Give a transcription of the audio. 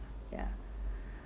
ya